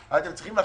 אתם צריכים לחתוך.